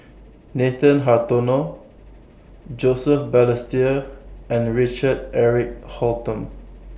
Nathan Hartono Joseph Balestier and Richard Eric Holttum